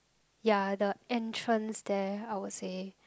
ya the entrance there I would say